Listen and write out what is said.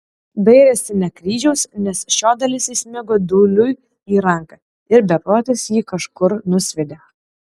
dairėsi ne kryžiaus nes šio dalis įsmigo dūliui į ranką ir beprotis jį kažkur nusviedė